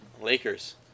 Lakers